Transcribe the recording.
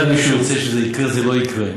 גם אם מישהו ירצה שזה יקרה, זה לא יקרה.